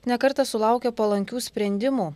ne kartą sulaukė palankių sprendimų